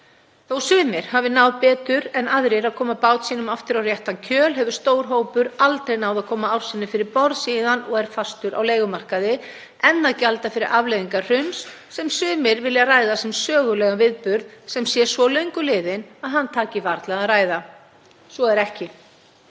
Þótt sumir hafi náð betur en aðrir að koma bát sínum aftur á réttan kjöl hefur stór hópur aldrei náð að koma ár sinni fyrir borð síðan og er fastur á leigumarkaði, enn að gjalda fyrir afleiðingar hruns sem sumir vilja ræða sem sögulegan viðburð sem sé svo löngu liðinn að hann taki varla að ræða. Svo er ekki.